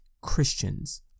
Christians